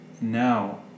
now